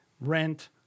rent